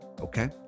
okay